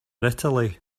italy